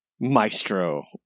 Maestro